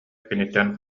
киниттэн